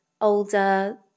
older